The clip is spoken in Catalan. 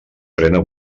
frena